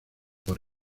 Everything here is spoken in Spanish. por